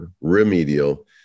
remedial